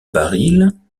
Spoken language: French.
barils